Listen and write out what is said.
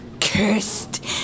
Cursed